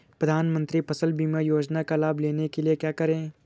प्रधानमंत्री फसल बीमा योजना का लाभ लेने के लिए क्या करें?